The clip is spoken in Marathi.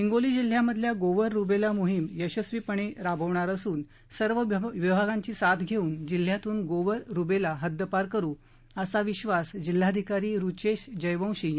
हिंगोली जिल्ह्यांमध्ये गोवर रूबेला मोहीम यशस्वीपणे राबविणार असून सर्व विभागांची साथ घेऊन जिल्ह्यातून गोवर रूबेला हद्दपार करू असा विधास जिल्हाधिकारी ऋचेश जयवंशी यांनी व्यक्त केला